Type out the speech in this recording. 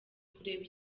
kureba